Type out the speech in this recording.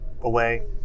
away